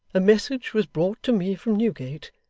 a message was brought to me from newgate,